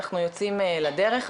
אנחנו יוצאים לדרך,